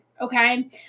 okay